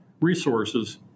resources